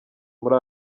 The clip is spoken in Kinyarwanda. muri